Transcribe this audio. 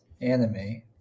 anime